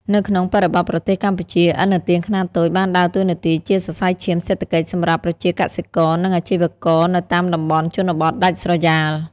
នៅក្នុងបរិបទប្រទេសកម្ពុជា ឥណទានខ្នាតតូចបានដើរតួនាទីជាសរសៃឈាមសេដ្ឋកិច្ចសម្រាប់ប្រជាកសិករ និងអាជីវករនៅតាមតំបន់ជនបទដាច់ស្រយាល។